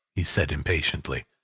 he said impatiently.